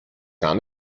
gar